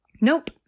Nope